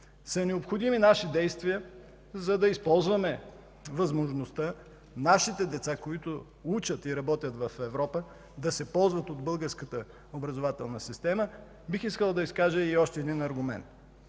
са необходими наши действия, за да използваме възможността нашите деца, които учат и работят в Европа, да се ползват от българската образователна система, бих искал да изкажа и още един аргумент.